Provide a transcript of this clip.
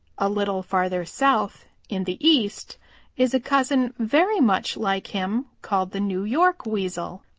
a little farther south in the east is a cousin very much like him called the new york weasel.